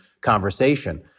conversation